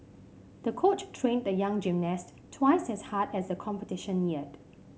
the coach trained the young gymnast twice as hard as the competition neared